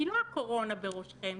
כי לא הקורונה בראשכם